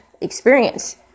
experience